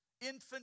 infant